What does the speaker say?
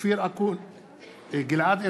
גלעד ארדן,